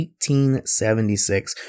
1876